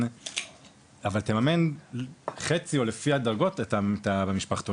אבל תממן חצי או לפי הדרגות במשפחתונים.